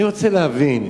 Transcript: אני רוצה להבין,